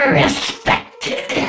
respected